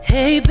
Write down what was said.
Hey